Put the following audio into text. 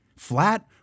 Flat